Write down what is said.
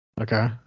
Okay